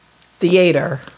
Theater